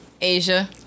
Asia